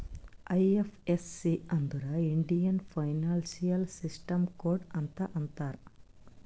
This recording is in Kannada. ಐ.ಎಫ್.ಎಸ್.ಸಿ ಅಂದುರ್ ಇಂಡಿಯನ್ ಫೈನಾನ್ಸಿಯಲ್ ಸಿಸ್ಟಮ್ ಕೋಡ್ ಅಂತ್ ಅಂತಾರ್